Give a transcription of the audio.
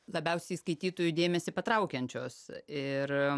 labiausiai skaitytojų dėmesį patraukiančios ir